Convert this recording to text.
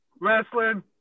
wrestling